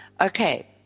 Okay